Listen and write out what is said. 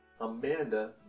Amanda